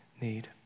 need